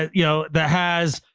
ah you know that has,